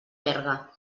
berga